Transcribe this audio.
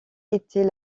était